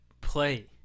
play